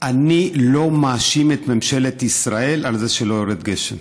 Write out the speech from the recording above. אני לא מאשים את ממשלת ישראל על זה שלא יורד גשם.